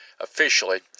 officially